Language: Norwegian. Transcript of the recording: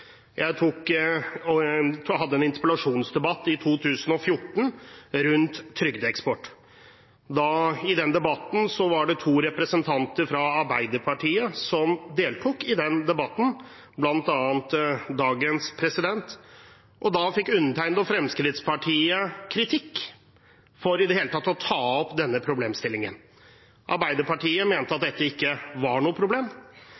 Jeg hadde en interpellasjon i 2014 om trygdeeksport. I den debatten var det to representanter fra Arbeiderpartiet som deltok, bl.a. dagens president, og undertegnede og Fremskrittspartiet fikk kritikk for i det hele tatt å ta opp denne problemstillingen. Arbeiderpartiet mente at dette ikke var noe problem.